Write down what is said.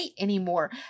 anymore